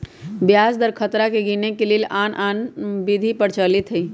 ब्याज दर खतरा के गिनेए के लेल आन आन विधि प्रचलित हइ